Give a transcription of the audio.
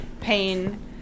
pain